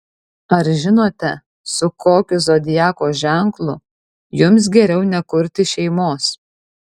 ar žinote su kokiu zodiako ženklu jums geriau nekurti šeimos